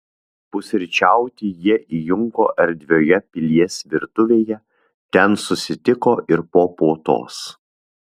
pusryčiauti jie įjunko erdvioje pilies virtuvėje ten susitiko ir po puotos